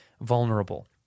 vulnerable